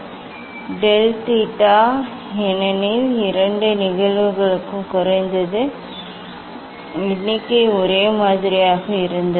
2 del theta ஏனெனில் இரண்டு நிகழ்வுகளுக்கும் குறைந்தது எண்ணிக்கை ஒரே மாதிரியாக இருந்தது